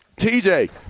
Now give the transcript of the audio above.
TJ